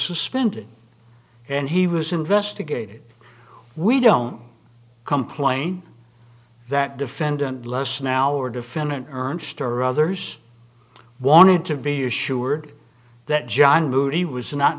suspended and he was investigated we don't complain that defendant less now or defendant ernster others wanted to be assured that john moody was not